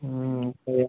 ସେଇଆ